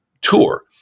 tour